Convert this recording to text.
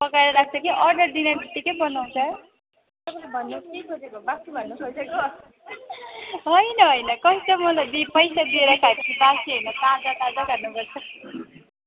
पकाएर राख्छ कि अर्डर दिनेबित्तिकै बनाउँछ होइन होइन कस्टमरले दुई पैसा दिएर खाएपछि बासी होइन ताजा ताजा खानुपर्छ